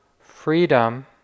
freedom